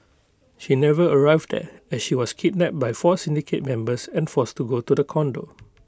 she never arrived there as she was kidnapped by four syndicate members and forced to go to the condo